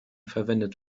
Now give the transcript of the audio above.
verwendet